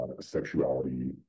sexuality